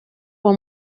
uwo